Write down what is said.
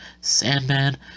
Sandman